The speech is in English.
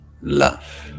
love